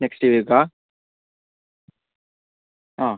next week ആണോ ആ